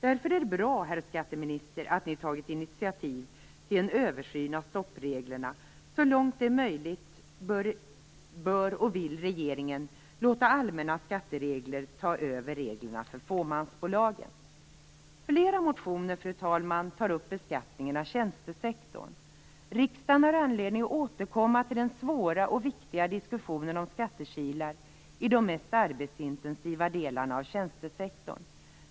Därför är det bra, herr skatteminister, att man tagit initiativ till en översyn av stoppreglerna. Så långt det är möjligt bör och vill regeringen låta allmänna skatteregler ta över reglerna för fåmansbolagen. Fru talman! I flera motioner tas beskattningen av tjänstesektorn upp. Riksdagen har anledning att återkomma till den svåra och viktiga diskussionen om skattekilar i de mest arbetsintensiva delarna av tjänstesektorn.